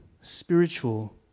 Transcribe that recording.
spiritual